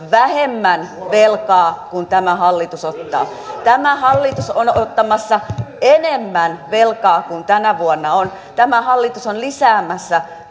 vähemmän velkaa kuin tämä hallitus ottaa tämä hallitus on ottamassa enemmän velkaa kuin tänä vuonna tämä hallitus on lisäämässä